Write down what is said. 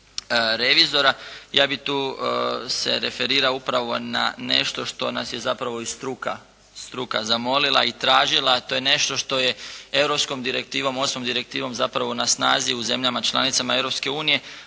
ja bih tu se referirao upravo na nešto što nas je zapravo i struka zamolila i tražila, to je nešto što je europskom direktivom, osmom direktivom zapravo na snazi u zemljama članicama